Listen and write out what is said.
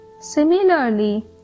Similarly